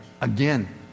again